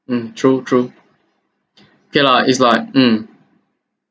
mm true true okay lah it's like mm